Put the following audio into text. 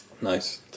Nice